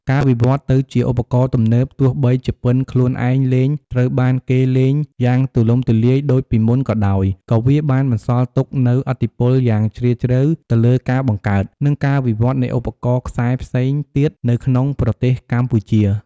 ការវិវត្តន៍ទៅជាឧបករណ៍ទំនើប ទោះបីជាពិណខ្លួនឯងលែងត្រូវបានគេលេងយ៉ាងទូលំទូលាយដូចពីមុនក៏ដោយ ក៏វាបានបន្សល់ទុកនូវឥទ្ធិពលយ៉ាងជ្រាលជ្រៅទៅលើការបង្កើត និងការវិវត្តន៍នៃឧបករណ៍ខ្សែផ្សេងទៀតនៅក្នុងប្រទេសកម្ពុជា។